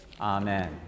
Amen